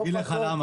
אני אגיד לך מה,